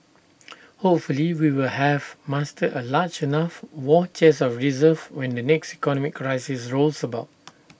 hopefully we will have mustered A large enough war chest of reserves when the next economic crisis rolls about